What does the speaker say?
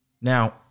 Now